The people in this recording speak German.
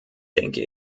denke